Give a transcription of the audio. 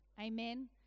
Amen